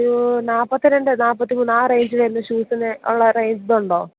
ഒരൂ നാൽപ്പത്തിരണ്ട് നാൽപ്പത്തിമൂന്ന് ആ റേഞ്ചിൽ വരുന്ന ഷൂസിന് ഉള്ള റേ ഇതുണ്ടോ